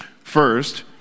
First